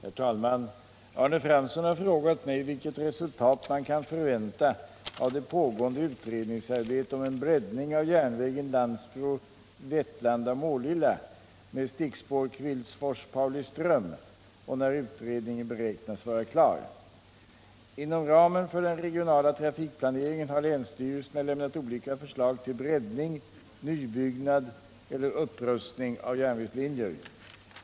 Herr talman! Arne Fransson har frågat mig vilket resultat man kan förvänta av det pågående utredningsarbetet om en breddning av järnvägen Landsbro-Vetlanda-Målilla med stickspår Kvillsfors-Pauliström och när utredningen beräknas vara klar. Inom ramen för den regionala trafikplaneringen har länsstyrelserna lämnat olika förslag till breddning, nybyggnad eller upprustning av järnvägslinjer.